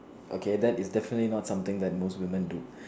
okay that is definitely not something that most woman do